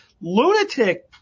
lunatic